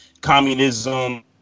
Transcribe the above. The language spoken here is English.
communism